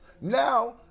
Now